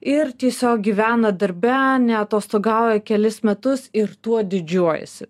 ir tiesiog gyvena darbe neatostogauja kelis metus ir tuo didžiuojasi